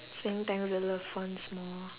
spending time with your love ones more